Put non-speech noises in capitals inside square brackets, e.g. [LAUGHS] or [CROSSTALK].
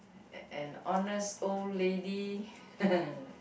eh an honest old lady [LAUGHS]